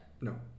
No